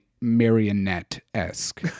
marionette-esque